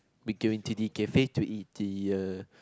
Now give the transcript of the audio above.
we're going to the cafe to eat the uh